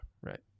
Right